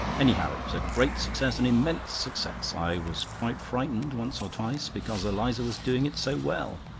anyhow, it was a great success an immense success. i was quite frightened once or twice because eliza was doing it so well.